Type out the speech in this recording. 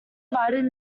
divided